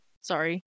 sorry